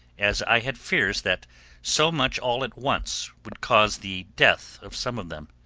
as i had fears that so much all at once would cause the death of some of them.